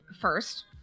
first